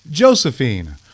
Josephine